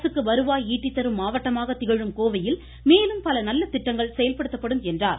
அரசுக்கு வருவாய் ஈட்டித்தரும் திகழும் கோவையில் மேலும் பல நல்ல திட்டங்கள் செயல்படுத்தப்படும் என்றார்